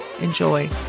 Enjoy